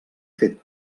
fet